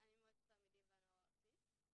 והנוער הארצית.